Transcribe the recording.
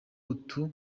utu